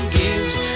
gives